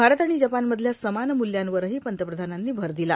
भारत आणि जपानमधल्या समान मूल्यांवरही पंतप्रधानांनी भर दिला